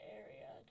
area